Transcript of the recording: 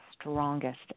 strongest